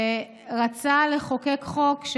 רצה לחוקק חוק,